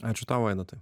ačiū tau vaidotai